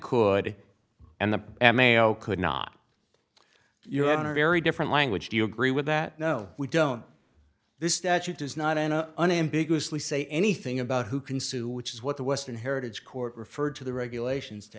could and the m a o could not you have a very different language do you agree with that no we don't this statute does not enter an ambiguously say anything about who can sue which is what the western heritage court referred to the regulations to